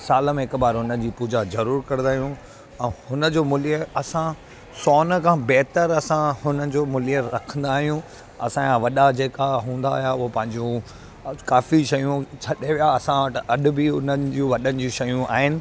साल में हिकु बारु उन जी पूॼा ज़रूरु कंदा आहियूं ऐं हुन जो मूल्य असां सोन खा बेहतरु असां हुन जो मूल्य रखंदा आहियूं असांजा वॾा जेका हूंदा हुया हो पंहिंजूं काफ़ी शयूं छॾे विया असां अॼु बि उन्हनि जूं वॾनि जूं शयूं आहिनि